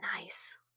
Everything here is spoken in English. nice